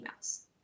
emails